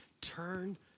turn